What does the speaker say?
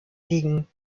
liegen